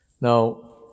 Now